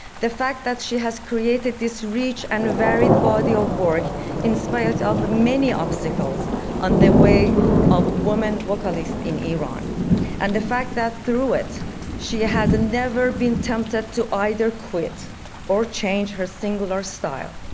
the fact that she has created this rich and varied body of work in spite of the many obstacles in the way of woman vocalist in iran and the fact that through it she has never been tempted to either quit or change her singular style,